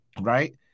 right